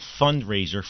fundraiser